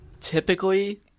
Typically